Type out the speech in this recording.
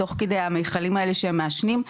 תוך כדי המכלים האלה שהם מעשנים,